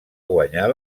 guanyar